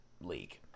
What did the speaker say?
league